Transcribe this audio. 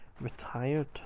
retired